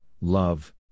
love